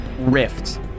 rift